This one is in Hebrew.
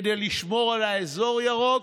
כדי לשמור על האזור ירוק,